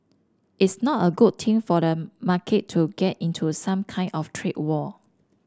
it's not a good thing for the market to get into some kind of trade war